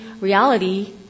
reality